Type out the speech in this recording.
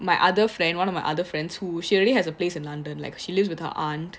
my other friend one of my other friends who she already has a place in london like she lives with her aunt